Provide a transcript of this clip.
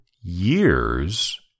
years